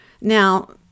Now